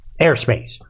airspace